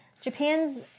Japan's